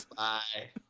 bye